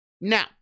Now